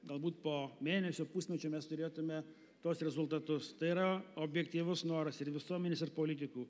galbūt po mėnesio pusmečio mes turėtume tuos rezultatus tai yra objektyvus noras ir visuomenės ir politikų